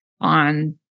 on